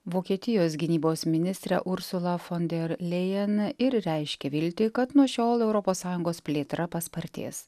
vokietijos gynybos ministrę ursulą fon der lėjan ir reiškė viltį kad nuo šiol europos sąjungos plėtra paspartės